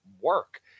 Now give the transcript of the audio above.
work